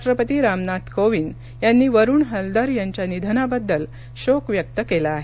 राष्ट्रपती रामनाथ कोविंद यांनी वरुण हलदर यांच्या निधनाबद्दल शोक व्यक्त केला आहे